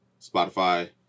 Spotify